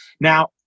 Now